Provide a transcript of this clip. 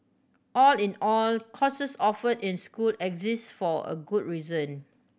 all in all courses offered in school exist for a good reason